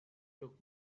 took